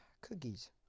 cookies